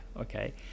okay